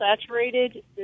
saturated